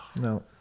no